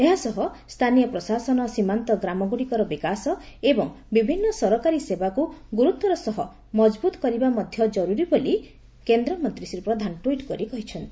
ଏହା ସହ ସ୍ସାନୀୟ ପ୍ରଶାସନ ସୀମାନ୍ତ ଗ୍ରାମ ଗୁଡ଼ିକର ବିକାଶ ଏବଂ ବିଭିନ୍ନ ସରକାରୀ ସେବାକୁ ଗୁରୁତ୍ୱର ସହ ମଜବୁତ୍ କରିବା ମଧ୍ଧ ଜରୁରୀ ବୋଲି କେନ୍ଦ୍ରମନ୍ତୀ ଶ୍ରୀ ପ୍ରଧାନ ଟୁଇଟ୍ କରିଛନ୍ତି